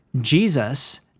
Jesus